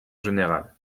général